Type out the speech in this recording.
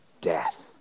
Death